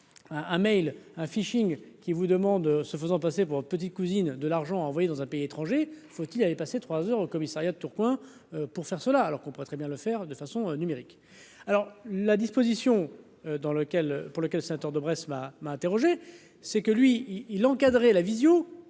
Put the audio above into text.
un mail hein, phishing qui vous demande, se faisant passer pour un petit cousine de l'argent envoyé dans un pays étranger, faut il avait passé 3 heures au commissariat de Tourcoing pour faire cela, alors qu'on pourrait très bien le faire de façon numérique alors la disposition dans lequel, pour lequel heures Daubresse ma. Mais interrogé c'est que lui il encadrer la vision